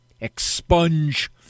expunge